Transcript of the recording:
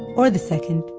or the second.